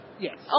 Yes